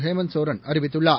ஹேமந்த் சோரன் அறிவித்துள்ளார்